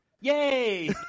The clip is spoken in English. Yay